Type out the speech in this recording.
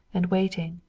and waiting,